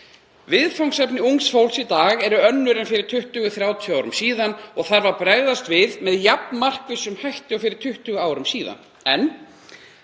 Viðfangsefni ungs fólks í dag eru önnur en fyrir 20 til 30 árum og það þarf að bregðast við með jafn markvissum hætti og fyrir 20 árum.